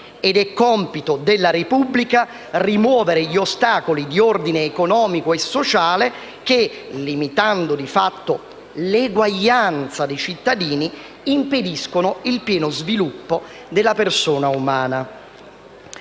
È compito della Repubblica rimuovere gli ostacoli di ordine economico e sociale, che, limitando di fatto la libertà e l'eguaglianza dei cittadini, impediscono il pieno sviluppo della persona umana».